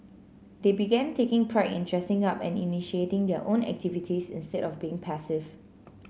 they began taking pride in dressing up and initiating their own activities instead of being passive